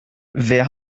wer